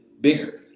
bigger